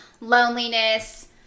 loneliness